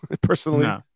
personally